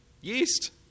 Yeast